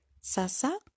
Sasa